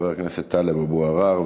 חבר הכנסת טלב אבו עראר,